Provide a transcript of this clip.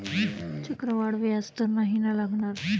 चक्रवाढ व्याज तर नाही ना लागणार?